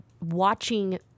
watching